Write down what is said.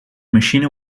machine